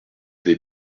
des